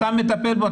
אתה מטפל בו,